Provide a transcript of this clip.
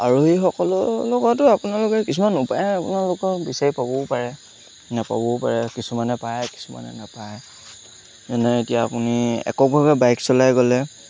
আৰোহীসকলৰ লগতো আপোনালোকে কিছুমান উপায় আপোনালোকৰ বিচাৰি পাবও পাৰে নোপাবও পাৰে কিছুমানে পায় কিছুমানে নেপায় যেনে এতিয়া আপুনি এককভাৱে বাইক চলাই গ'লে